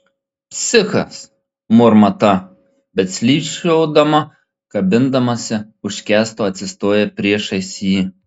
psichas murma ta bet slysčiodama kabindamasi už kęsto atsistoja priešais jį